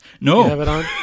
no